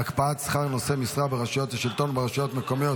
(הקפאת שכר נושא משרה ברשויות השלטון וברשויות מקומיות